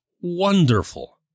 wonderful